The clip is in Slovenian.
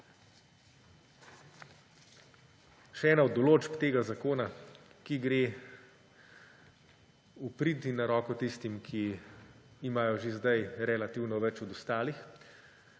še ena od določb tega zakona, ki gre v prid in na roko tistim, ki imajo že zdaj relativno več od ostalih,